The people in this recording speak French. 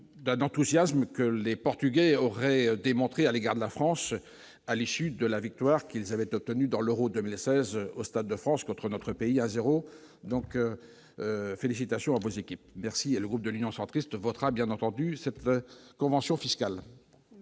d'un enthousiasme que les Portugais auraient démontré à l'égard de la France à l'issue de la victoire qu'ils avaient obtenu dans l'Euro 2016, au Stade de France contre notre pays à 0, donc félicitations oppose équipe merci et le groupe de l'Union centriste votera, bien entendu, il se peut conventions fiscales.